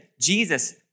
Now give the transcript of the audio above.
Jesus